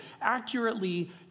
accurately